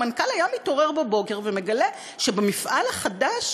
המנכ"ל היה מתעורר בבוקר ומגלה שבמפעל החדש,